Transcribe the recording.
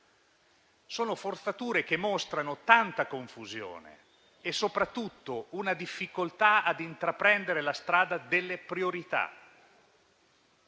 Sono forzature che mostrano tanta confusione e, soprattutto, una difficoltà ad intraprendere la strada delle priorità.